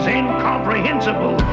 incomprehensible